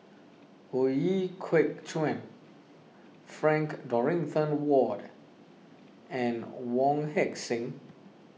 Ooi Kok Chuen Frank Dorrington Ward and Wong Heck Sing